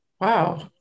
Wow